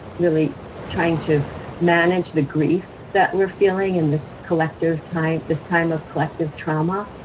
really trying to manage the grief that we're feeling in this collective time, this time of collective trauma.